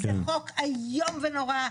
זה חוק איום ונורא,